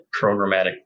programmatic